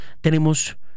tenemos